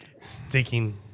sticking